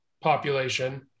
population